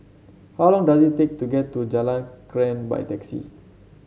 how long does it take to get to Jalan Krian by taxi